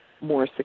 more